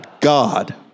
God